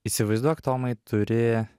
įsivaizduok tomai turi